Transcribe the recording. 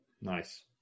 Nice